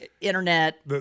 internet